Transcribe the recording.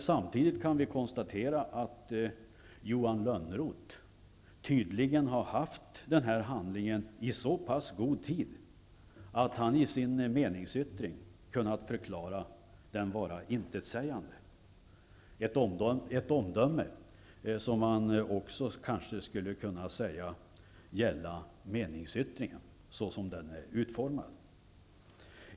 Samtidigt konstaterar jag att Johan Lönnroth tydligen har haft tillgång till denna handling i så pass god tid att han i sin meningsyttring kunnat förklara den vara intetsägande -- ett omdöme som man kanske skulle kunna säga också gäller meningsyttringen såsom den är utformad.